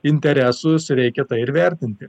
interesus reikia tai ir vertinti